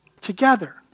together